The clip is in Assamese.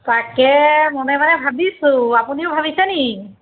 তাকে মনে মনে ভাবিছোঁ আপুনিও ভাবিছেনি